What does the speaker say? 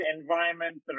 environment